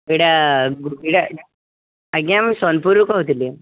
ଏଟା ଗୁରୁକିଳା ଆଜ୍ଞା ମୁଁ ସୋନପୁରରୁ କହୁଥିଲି